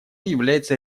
является